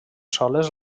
soles